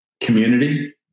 community